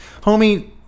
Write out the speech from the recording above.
homie